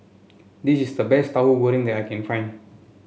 this is the best Tauhu Goreng that I can find